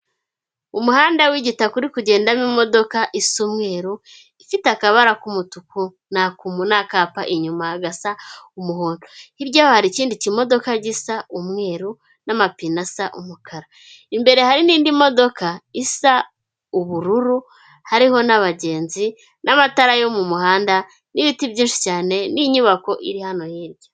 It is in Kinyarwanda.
Umuhanda w'igitakapu uri kugenda mu'modoka isa umweru ifite akabara k'umutuku n'akapa inyuma gasa umuhondo hirya yaho hari ikindi kimodoka gisa umweru n'amapine asa umukara, imbere hari n'indi modoka isa ubururu hariho n'abagenzi n'amatara yo mu muhanda n'ibiti byinshi cyane n'inyubako iri hano hirya.